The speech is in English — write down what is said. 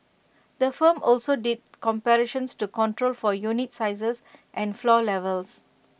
the firm also did comparisons to control for unit sizes and floor levels